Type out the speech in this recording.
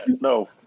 no